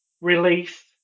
release